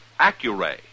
Accuray